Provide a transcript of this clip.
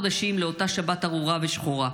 תשעה חודשים לאותה שבת ארורה ושחורה.